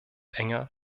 enger